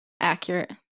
accurate